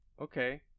okay